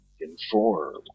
informed